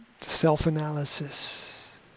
self-analysis